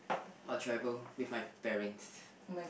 I'll travel with my parents